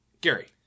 Gary